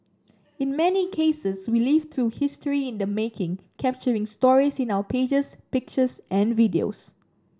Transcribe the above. in many cases we live through history in the making capturing stories in our pages pictures and videos